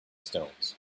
stones